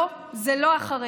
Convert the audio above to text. לא, זה לא החרדים,